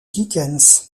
dickens